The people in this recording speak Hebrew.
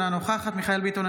אינה נוכחת מיכאל מרדכי ביטון,